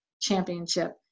championship